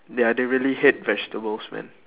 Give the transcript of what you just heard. ya they really hate vegetables man